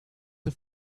the